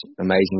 amazing